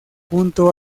junto